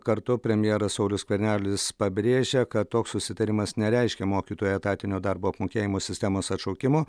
kartu premjeras saulius skvernelis pabrėžia kad toks susitarimas nereiškia mokytojų etatinio darbo apmokėjimo sistemos atšaukimo